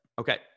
Okay